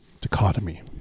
dichotomy